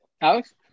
Alex